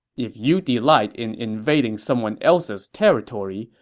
if you delight in invading someone else's territory,